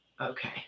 Okay